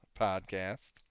podcast